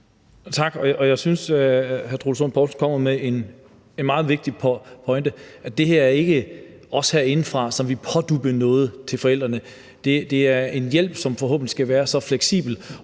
Tak. Jeg synes, hr. Troels Lund Poulsen kommer med en meget vigtig pointe, nemlig at det ikke er os herindefra, som vil pådutte forældrene noget. Det er en hjælp, som forhåbentlig vil være så fleksibel